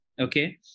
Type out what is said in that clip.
okay